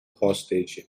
hostage